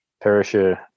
Perisher